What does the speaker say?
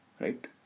Right